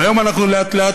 והיום אנחנו לאט-לאט,